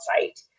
site